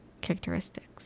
characteristics